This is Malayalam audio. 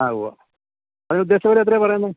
ആ ഉവ്വ് അവരുദ്ദേശിച്ച വില എത്രയാണു പറയുന്നത്